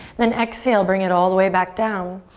then exhale, bring it all the way back down.